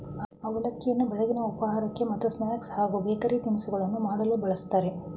ಅವಲಕ್ಕಿಯನ್ನು ಬೆಳಗಿನ ಉಪಹಾರಕ್ಕೆ ಮತ್ತು ಸ್ನಾಕ್ಸ್ ಹಾಗೂ ಬೇಕರಿ ತಿನಿಸುಗಳನ್ನು ಮಾಡಲು ಬಳ್ಸತ್ತರೆ